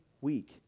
week